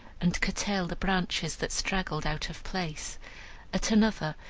and curtail the branches that straggled out of place at another,